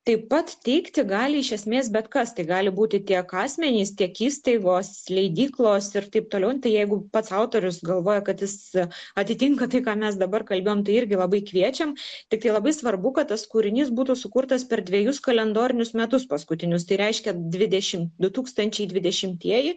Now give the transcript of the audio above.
taip pat teikti gali iš esmės bet kas tai gali būti tiek asmenys tiek įstaigos leidyklos ir taip toliau jeigu pats autorius galvoja kad jis atitinka tai ką mes dabar kalbėjom tai irgi labai kviečiam tiktai labai svarbu kad tas kūrinys būtų sukurtas per dvejus kalendorinius metus paskutinius tai reiškia dvidešim du tūkstančiai dvidešimtieji